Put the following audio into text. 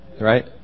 right